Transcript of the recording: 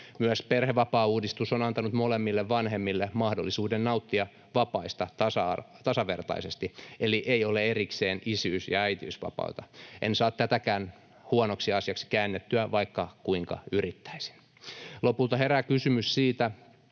Myös perhevapaauudistus on antanut molemmille vanhemmille mahdollisuuden nauttia vapaista tasavertaisesti, eli ei ole erikseen isyys‑ ja äitiysvapaata. En saa tätäkään huonoksi asiaksi käännettyä, vaikka kuinka yrittäisin. Lopulta herää kysymys siitä,